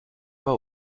pas